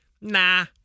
Nah